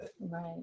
Right